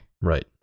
right